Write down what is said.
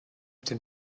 den